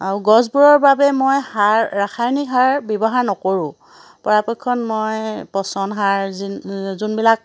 আৰু গছবোৰৰ বাবে মই সাৰ ৰাসায়নিক সাৰ ব্যৱহাৰ নকৰোঁ পৰাপক্ষত মই পচন সাৰ যন যোনবিলাক